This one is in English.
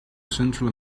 central